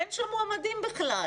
אין שום מועמדים בכלל.